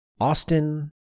Austin